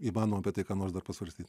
įmanoma apie tai ką nors dar pasvarstyt